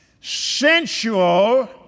sensual